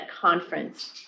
conference